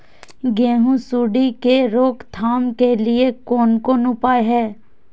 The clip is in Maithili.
गेहूँ सुंडी के रोकथाम के लिये कोन कोन उपाय हय?